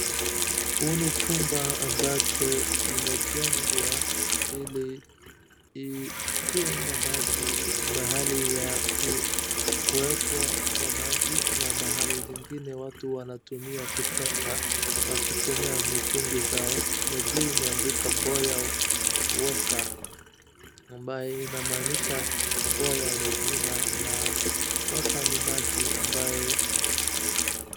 Huu ni chumba ambacho imejengwa ili ikuwe na maji mahali ya kuekwa kwa maji na mahali zingine watu wanatumia kuchota wakitumia mitungi zao na juu imeandikwa Boya water ambaye inamaanisha boya ni jina na water ni maji ambaye...